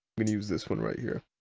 i mean use this one right here.